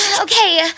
Okay